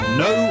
no